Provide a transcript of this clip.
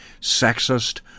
sexist